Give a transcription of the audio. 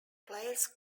players